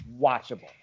watchable